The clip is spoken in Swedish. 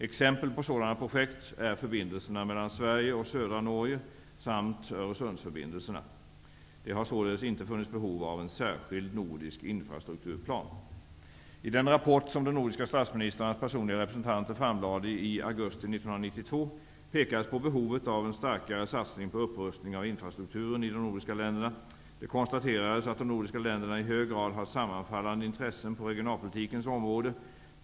Exempel på sådana projekt är förbindelserna mellan Sverige och södra Norge samt Öresundsförbindelserna. Det har således inte funnits behov av en särskild nordisk infrastrukturplan. I den rapport som de nordiska statsministrarnas personliga representanter framlade i augusti 1992 pekades på behovet av en starkare satsning på upprustning av infrastrukturen i de nordiska länderna. Det konstaterades att de nordiska länderna i hög grad har sammanfallande intressen på regionalpolitikens område.